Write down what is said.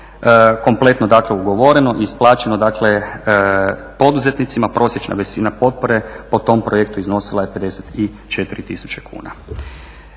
Kompletno dakle ugovore i isplaćeno poduzetnicima. Prosječna visina potpore po tom projektu iznosila je 54 tisuće kuna.